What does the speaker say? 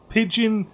Pigeon